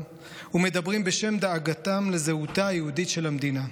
ומדברים בשם דאגתם לזהותה היהודית של המדינה.